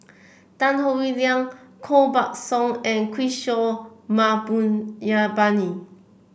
Tan Howe Liang Koh Buck Song and Kishore Mahbubani